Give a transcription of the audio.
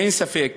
אין ספק